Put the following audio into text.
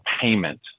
payment